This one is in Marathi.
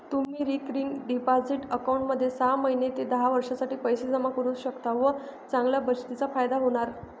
तुम्ही रिकरिंग डिपॉझिट अकाउंटमध्ये सहा महिने ते दहा वर्षांसाठी पैसे जमा करू शकता व चांगल्या बचतीचा फायदा होणार